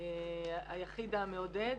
היחיד המעודד,